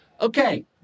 Okay